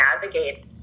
navigate